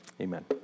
Amen